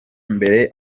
mbere